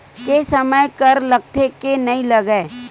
के समय कर लगथे के नइ लगय?